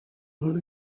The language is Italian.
dalle